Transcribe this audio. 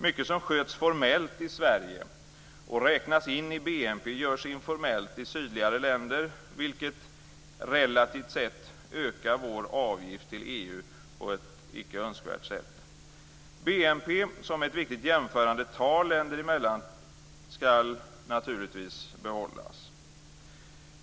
Mycket som sköts formellt i Sverige och räknas in i BNP görs informellt i sydligare länder vilket relativt sett ökar vår avgift till EU på ett icke önskvärt sätt. BNP som ett viktigt jämförandetal länder emellan skall naturligtvis behållas.